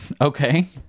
okay